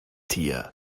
tier